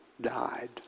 died